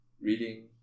reading